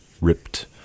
ripped